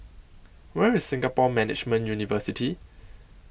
Where IS Singapore Management University